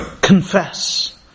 confess